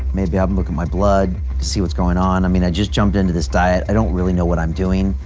maybe have a look at my blood to see what's going on, i mean i just jumped into this diet, i don't really know what i'm doing,